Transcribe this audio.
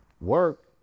work